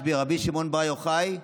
רבי שמעון בר יוחאי,